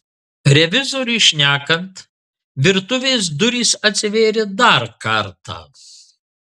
revizoriui šnekant virtuvės durys atsivėrė dar kartą